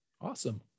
Awesome